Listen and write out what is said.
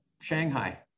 Shanghai